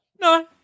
No